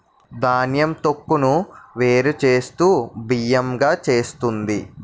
ధాన్యం తొక్కును వేరు చేస్తూ బియ్యం గా చేస్తుంది